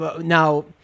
Now